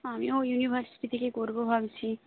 আমিও ইউনিভার্সিটি থেকেই করব ভাবছি